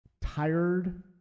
tired